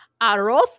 Arroz